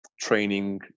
training